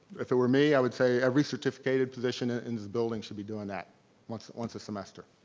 if it were me, i would say every certificated position ah in this building should be doing that once that once a semester.